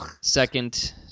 Second